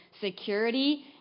security